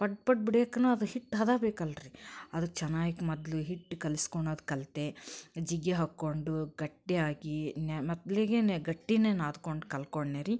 ಪಡ್ ಪಡ್ ಬಡಿಯೋಕ್ಕನೂ ಅದು ಹಿಟ್ಟು ಹದ ಬೇಕಲ್ಲ ರಿ ಅದು ಚೆನ್ನಾಗಿ ಮೊದ್ಲು ಹಿಟ್ಟು ಕಲ್ಸ್ಕೊಳೋದ್ ಕಲಿತೆ ಜಿಗಿ ಹಾಕಿಕೊಂಡು ಗಟ್ಟಿಯಾಗಿ ನಾ ಮೊದ್ಲಿಗೇ ಗಟ್ಟಿಯೇ ನಾದಿಕೊಂಡು ಕಲ್ಸ್ಕೊಂಡ್ನಿ ರೀ